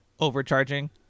Overcharging